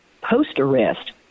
post-arrest